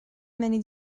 munud